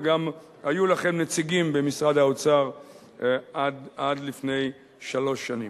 וגם היו לכם נציגים במשרד האוצר עד לפני שלוש שנים.